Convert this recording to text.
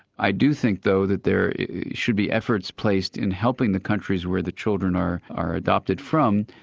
i do think though that there should be efforts placed in helping the countries where the children are are adopted from,